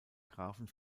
grafen